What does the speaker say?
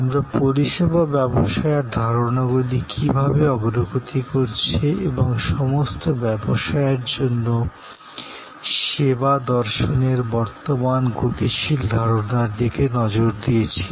আমরা পরিষেবা ব্যবসায়ের ধারণাগুলি কী ভাবে অগ্রগতি করছে এবং সমস্ত ব্যবসায়ের জন্য সেবা দর্শনের বর্তমান গতিশীল ধারণার দিকে নজর দিয়েছি